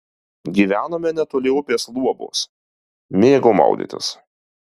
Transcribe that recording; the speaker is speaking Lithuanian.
gyvenome netoli upės luobos mėgau maudytis